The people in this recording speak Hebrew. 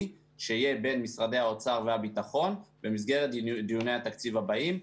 שיהיה בין משרדי האוצר והביטחון במסגרת דיוני התקציב הבאים,